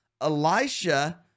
Elisha